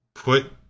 put